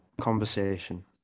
conversation